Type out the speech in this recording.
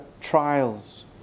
trials